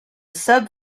sub